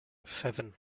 seven